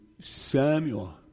Samuel